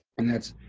and that's,